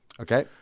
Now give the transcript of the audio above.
Okay